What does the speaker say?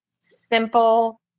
simple